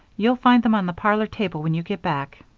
you'll find them on the parlor table when you get back.